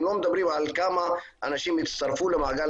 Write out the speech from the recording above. הם לא מדברים על כמה אנשים הצטרפו למעגל